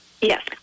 Yes